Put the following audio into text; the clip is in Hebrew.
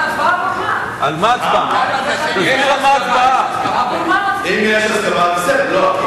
אם יש הסכמה, בסדר.